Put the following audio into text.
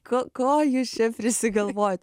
ko ko jūs čia prisigalvojot